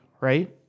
right